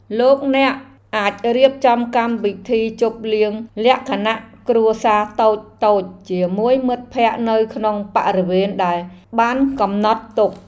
លោកអ្នកអាចរៀបចំកម្មវិធីជប់លៀងលក្ខណៈគ្រួសារតូចៗជាមួយមិត្តភក្តិនៅក្នុងបរិវេណដែលបានកំណត់ទុក។